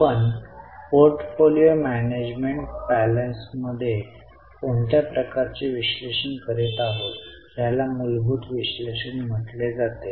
आपण portfolio management पॅलेन्समध्ये कोणत्या प्रकारचे विश्लेषण करीत आहोत याला मूलभूत विश्लेषण म्हटले जाते